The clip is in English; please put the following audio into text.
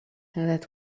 let